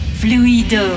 fluido